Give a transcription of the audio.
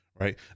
Right